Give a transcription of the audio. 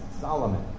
Solomon